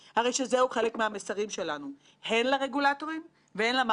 קרס בישראל וזוהי ההוכחה הטובה ביותר לכך שלא הייתה משמעות